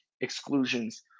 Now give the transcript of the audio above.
Exclusions